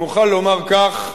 אם אוכל לומר כך,